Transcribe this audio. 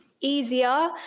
easier